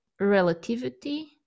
relativity